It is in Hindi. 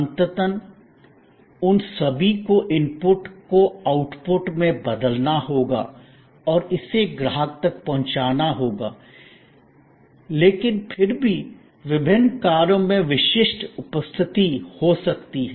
अंततः उन सभी को इनपुट को आउटपुट में बदलना होगा और इसे ग्राहक तक पहुंचाना होगा लेकिन फिर भी विभिन्न कार्यों में विशिष्ट उपस्थिति हो सकती है